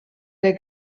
der